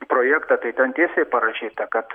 projektą tai ten tiesiai parašyta kad